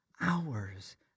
hours